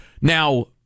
Now